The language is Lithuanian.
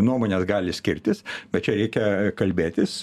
nuomonės gali skirtis bet čia reikia kalbėtis